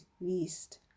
least